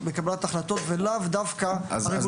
ולאו דווקא הרגולציה שלנו.